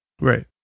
Right